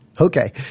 Okay